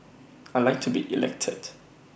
I Like to be elected